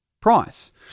price